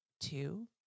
Two